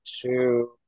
two